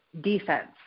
defense